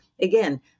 again